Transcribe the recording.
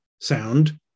sound